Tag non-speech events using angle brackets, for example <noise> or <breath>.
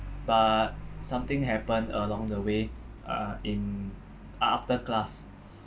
but something happened along the way uh in a~ after class <breath>